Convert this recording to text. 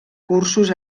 cursos